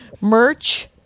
merch